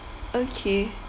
okay